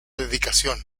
dedicación